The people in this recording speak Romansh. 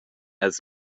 els